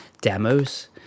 demos